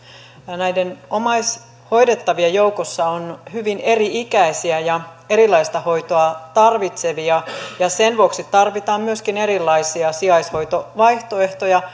näiden hoidettavien joukossa on hyvin eri ikäisiä ja erilaista hoitoa tarvitsevia ja sen vuoksi tarvitaan myöskin erilaisia sijaishoitovaihtoehtoja